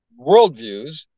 worldviews